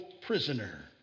prisoner